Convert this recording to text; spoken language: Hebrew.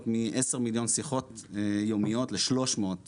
מעשר מיליון שיחות יומיות לשלוש מאות מליון,